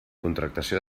contractació